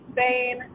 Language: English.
Spain